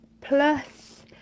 plus